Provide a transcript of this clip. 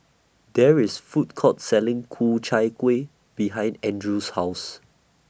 There IS A Food Court Selling Ku Chai Kuih behind Andrew's House